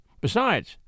Besides